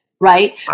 Right